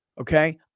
Okay